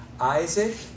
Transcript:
Isaac